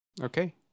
Okay